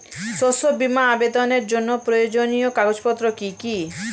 শস্য বীমা আবেদনের জন্য প্রয়োজনীয় কাগজপত্র কি কি?